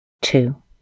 two